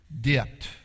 dipped